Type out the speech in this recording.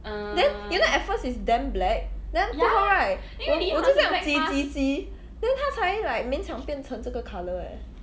then you know at first it's damn black then after that right 我我就这样挤挤挤 then 它才 like 勉强变成这个 colour eh